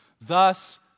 Thus